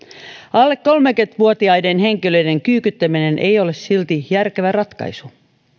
alle kolmekymmentä vuotiaiden henkilöiden kyykyttäminen ei ole silti järkevä ratkaisu